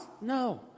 No